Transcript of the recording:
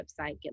website